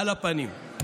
על הפנים.